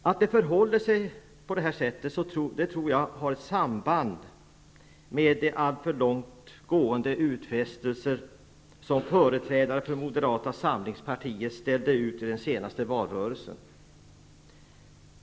Att det förhåller sig på det här sättet tror jag har ett samband med de alltför långt gående utfästelser som företrädare för Moderata samlingspartiet ställde ut i den senaste valrörelsen.